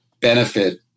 benefit